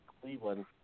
Cleveland